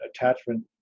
attachment